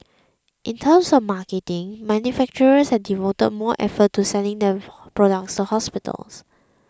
in terms of marketing manufacturers have devoted more effort to selling their products to hospitals